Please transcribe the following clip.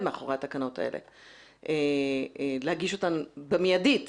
מאחורי התקנות האלה להגיש אותן במיידית